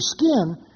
skin